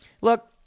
look